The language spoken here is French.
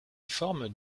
forme